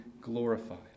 glorified